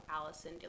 Allison